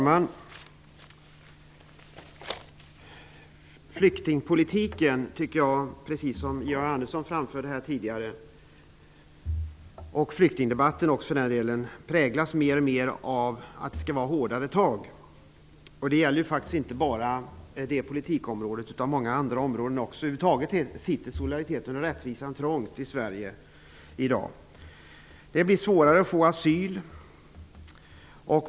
Herr talman! Precis som Georg Andersson tycker jag att flyktingpolitiken och flyktingdebatten mer och mer präglas av att det skall vara hårdare tag. Det gäller inte bara flyktingpolitiken utan också många andra områden. Solidariteten och rättvisan i Sverige sitter över huvud taget trångt i dag. Det blir svårare att få asyl.